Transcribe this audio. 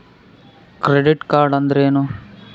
Credit card ಅಂದ್ರೇನು?